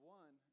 one